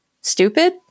stupid